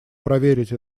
проверить